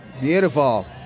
Beautiful